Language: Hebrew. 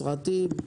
סרטים.